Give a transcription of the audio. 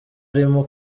arimo